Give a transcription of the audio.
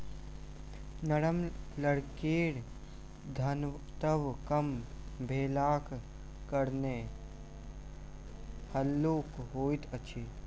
नरम लकड़ीक घनत्व कम भेलाक कारणेँ हल्लुक होइत अछि